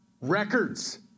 Records